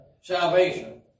salvation